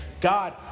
God